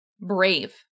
brave